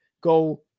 go